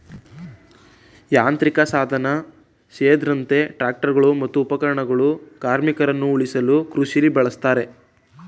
ಯಾಂತ್ರಿಕಸಾಧನ ಸೇರ್ದಂತೆ ಟ್ರಾಕ್ಟರ್ಗಳು ಮತ್ತು ಉಪಕರಣಗಳು ಕಾರ್ಮಿಕರನ್ನ ಉಳಿಸಲು ಕೃಷಿಲಿ ಬಳುಸ್ತಾರೆ